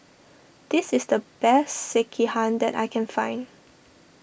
this is the best Sekihan that I can find